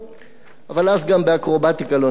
אבל אז גם באקרובטיקה לא נקבל מדליה.